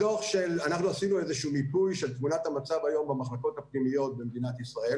אנחנו עשינו מיפוי של תמונת המצב במחלקות הפנימיות במדינת ישראל